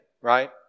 right